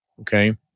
Okay